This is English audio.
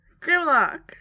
Grimlock